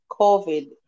COVID